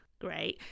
great